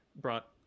brought